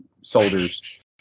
soldiers